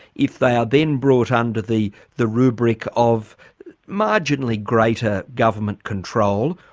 if they are then brought under the the rubric of marginally greater government control,